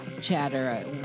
chatter